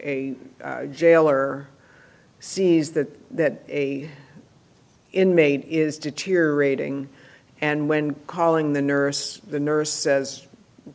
a a jailer sees that a inmate is deteriorating and when calling the nurse the nurse says